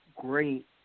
great